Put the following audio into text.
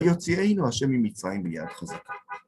יוציאינו השם ממצרים ביד חזקה.